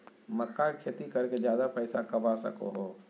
मक्का के खेती कर के ज्यादा पैसा कमा सको हो